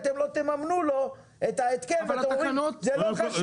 אתם לא תממנו את ההתקן ואומרים שזה לא חשוב.